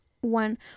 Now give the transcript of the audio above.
one